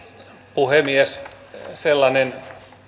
puhemies